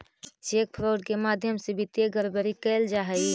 cheque fraud के माध्यम से वित्तीय गड़बड़ी कैल जा हइ